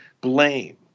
blame